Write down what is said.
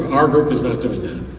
our group is not doing that.